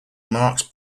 marks